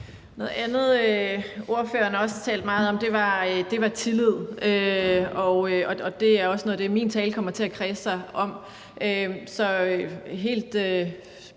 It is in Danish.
Noget andet, ordføreren også talte meget om, var tillid, og det er også noget af det, min tale kommer til at kredse om. Så det er et